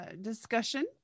discussion